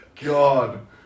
God